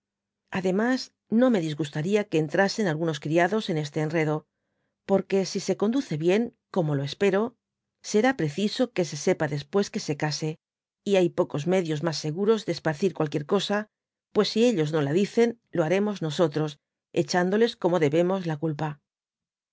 ademas no me disgustaría que entrasen algunos criados en esteenredo por que si se conduce bien como lo espero será preciso que se sepa después que se case y hay pocos medios mas seguros de esparcir cualquier cosa pues si ellos no la dicen lo haremos nosotros echándoles como debemos la culpa